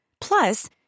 Plus